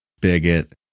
bigot